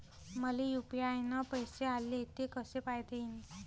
मले यू.पी.आय न पैसे आले, ते कसे पायता येईन?